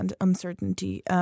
uncertainty